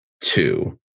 two